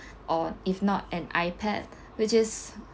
or if not an iPad which is